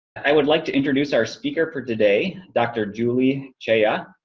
i would like to introduce our speaker for today, dr. julie chaya,